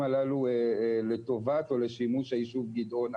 הללו לטובת או לשימוש היישוב גדעונה,